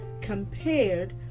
compared